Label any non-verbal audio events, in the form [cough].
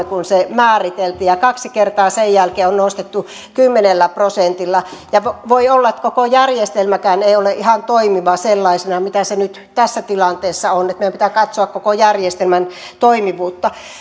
[unintelligible] kun se aikanaan määriteltiin ja kaksi kertaa sen jälkeen on on nostettu kymmenellä prosentilla voi olla että koko järjestelmäkään ei ole ihan toimiva sellaisenaan mitä se nyt tässä tilanteessa on niin että meidän pitää katsoa koko järjestelmän toimivuutta